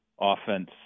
offense